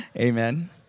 Amen